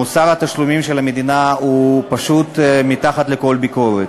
מוסר התשלומים של המדינה הוא פשוט מתחת לכל ביקורת.